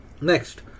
Next